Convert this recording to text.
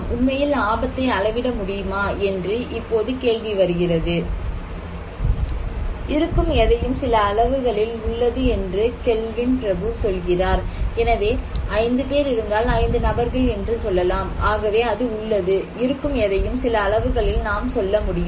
நாம் உண்மையில் ஆபத்தை அளவிட முடியுமா என்று இப்போது கேள்வி வருகிறது இருக்கும் எதையும் சில அளவுகளில் உள்ளது என்று கெல்வின் பிரபு சொல்கிறார் எனவே 5 பேர் இருந்தால் 5 நபர்கள் என்று சொல்லலாம் ஆகவே அது உள்ளது இருக்கும் எதையும் சில அளவுகளில் நாம் சொல்ல முடியும்